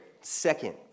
Second